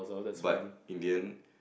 but in the end